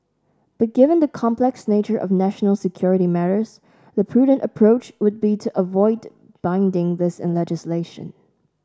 but given the complex nature of national security matters the prudent approach would be to avoid binding this in legislation